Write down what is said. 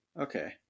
Okay